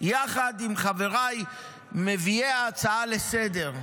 יחד עם חבריי מביאי ההצעה לסדר-היום.